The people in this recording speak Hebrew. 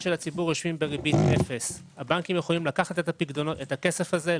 של הציבור יושבים בריבית 0. הבנקים יכולים לקחת את הכסף הזה,